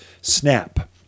snap